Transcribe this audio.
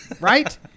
Right